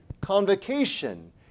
convocation